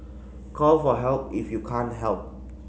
call for help if you can't help